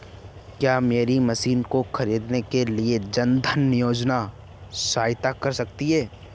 क्या मेरी मशीन को ख़रीदने के लिए जन धन योजना सहायता कर सकती है?